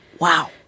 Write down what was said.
wow